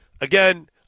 Again